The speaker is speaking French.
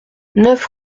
neuf